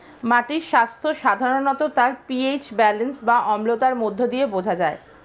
মাটির স্বাস্থ্য সাধারণত তার পি.এইচ ব্যালেন্স বা অম্লতার মধ্য দিয়ে বোঝা যায়